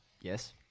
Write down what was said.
Yes